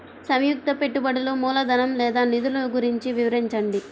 సంయుక్త పెట్టుబడులు మూలధనం లేదా నిధులు గురించి వివరించండి?